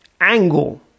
angle